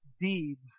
deeds